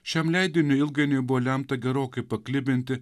šiam leidiniui ilgainiui buvo lemta gerokai paklibinti